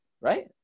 right